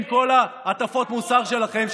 עם כל הטפות המוסר שלכם,